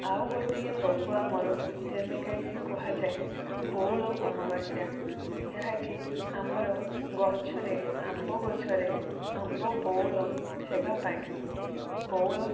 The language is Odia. ଆଉ ଗୋଟିଏ ପର୍ବ ଆମର ଯେମିତି କି କୁହାଯାଏ ବଉଳ ଅମାବାସ୍ୟା ଯାହାକି ଆମର ଗଛରେ ଆମ୍ବ ଗଛରେ ଆମ୍ବ ବଉଳ ହେବା ପାଇଁ ବଉଳ